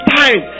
time